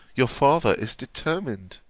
your father is determined.